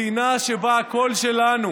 מדינה שבה הכול שלנו.